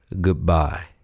Goodbye